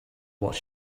what